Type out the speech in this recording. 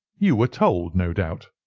you were told, no doubt.